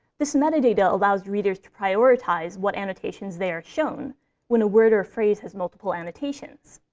this metadata allows readers to prioritize what annotations they are shown when a word or a phrase has multiple annotations.